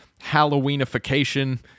halloweenification